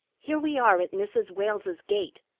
here we are at mrs. wales's gate,